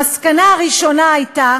המסקנה הראשונה הייתה